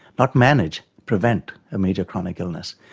not manage, prevent a major chronic illness.